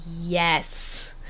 yes